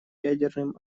ядерным